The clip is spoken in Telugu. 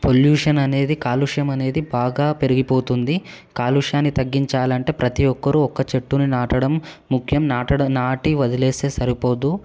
పొల్యూషన్ అనేది కాలుష్యం అనేది బాగా పెరిగిపోతుంది కాలుష్యాన్ని తగ్గించాలంటే ప్రతి ఒక్కరు ఒక్క చెట్టుని నాటడం ముఖ్యం నాటడం నాటి వదిలేస్తే సరిపోదు